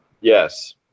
yes